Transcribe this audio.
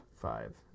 five